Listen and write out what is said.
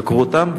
חקרו אותם,